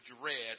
dread